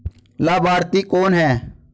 लाभार्थी कौन है?